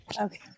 Okay